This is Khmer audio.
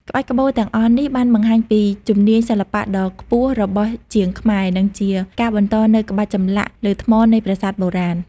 ក្បាច់ក្បូរទាំងអស់នេះ បានបង្ហាញពីជំនាញសិល្បៈដ៏ខ្ពស់របស់ជាងខ្មែរ និងជាការបន្តនូវក្បាច់ចម្លាក់លើថ្មនៃប្រាសាទបុរាណ។